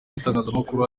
n’itangazamakuru